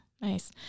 Nice